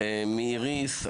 איריס,